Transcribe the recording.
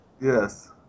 Yes